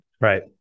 Right